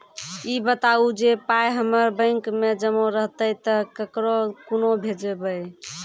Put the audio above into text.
ई बताऊ जे पाय हमर बैंक मे जमा रहतै तऽ ककरो कूना भेजबै?